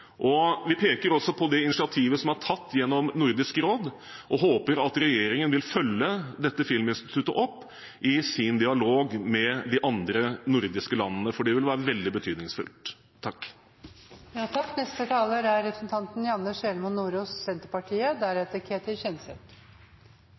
Vi peker også på det initiativet som er tatt gjennom Nordisk råd, og håper at regjeringen vil følge dette filminstituttet opp i sin dialog med de andre nordiske landene, for det vil være veldig betydningsfullt. Først en takk